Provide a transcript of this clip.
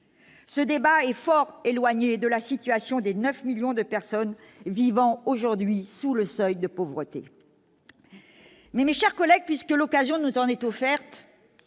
ce débat est fort éloignée de la situation des 9 millions de personnes vivant aujourd'hui sous le seuil de pauvreté, mais mes chers collègues, puisque l'occasion nous en est offerte,